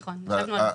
נכון, ישבנו על זה.